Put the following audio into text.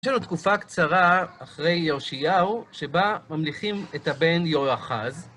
יש לנו תקופה קצרה אחרי יעשיהו, שבה ממליכים את הבן יהואחז.